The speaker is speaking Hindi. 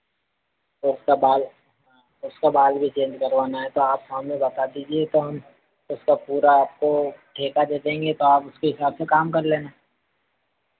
उसका बॉल उसका बाल भी चेंज करवाना है तो आप हमें बता दीजिए तो हम उसका पूरा आपको ठेका दे देंगे तो आप उसके हिसाब से काम कर लेना